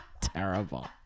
terrible